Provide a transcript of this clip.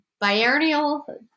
biennial